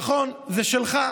נכון, זה שלך,